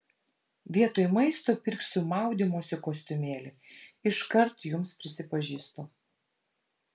vietoj maisto pirksiu maudymosi kostiumėlį iškart jums prisipažįstu